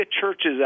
churches